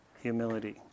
humility